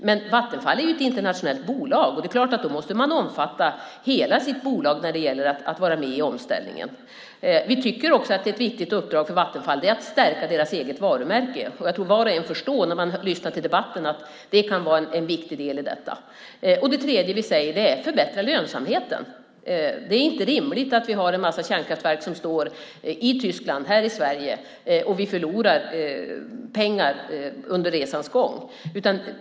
Men Vattenfall är ju ett internationellt bolag, och då måste man omfatta hela sitt bolag när det gäller att vara med i omställningen. Vi tycker också att ett viktigt uppdrag för Vattenfall är att stärka det egna varumärket. När man lyssnar till debatten tror jag att var och en förstår att det kan vara en viktig del i detta. Det tredje vi säger är: Förbättra lönsamheten! Det är inte rimligt att vi har en massa kärnkraftverk som står i Tyskland och här i Sverige. Vi förlorar pengar under resans gång.